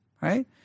Right